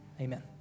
Amen